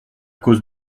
cause